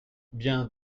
bien